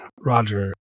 Roger